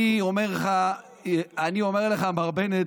אני אומר לך, מר בנט,